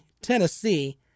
Tennessee